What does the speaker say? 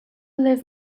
live